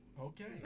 Okay